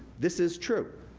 this is true.